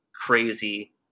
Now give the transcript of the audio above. crazy